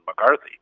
McCarthy